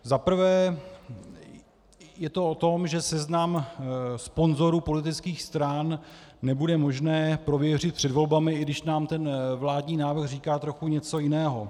Za prvé je to o tom, že seznam sponzorů politických stran nebude možné prověřit před volbami, i když nám ten vládní návrh říká něco trochu jiného.